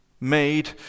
made